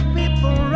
people